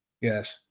Yes